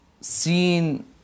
seen